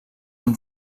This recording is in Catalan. són